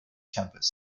campus